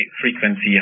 frequency